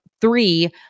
three